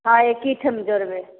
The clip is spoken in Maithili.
हँ एकहि ठाम जोड़बै